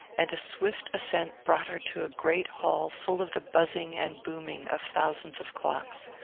and a swift ascent brought her to a great hall full of the buzzing and booming of thousands of clocks.